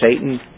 Satan